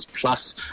plus